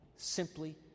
simply